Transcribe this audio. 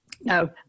No